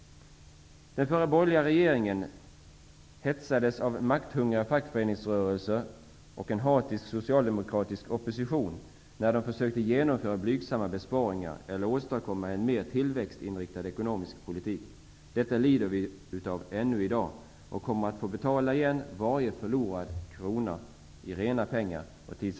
Den förra borgerliga regeringen hetsades av en makthungrig fackföreningsrörelse och en hatisk socialdemokratisk opposition, när den försökte att genomföra blygsamma besparingar eller att åstadkomma en mer tillväxtinriktad ekonomisk politik. Detta lider vi av ännu i dag, och vi kommer att få betala igen varje förlorad krona i rena pengar och i tid.